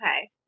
Okay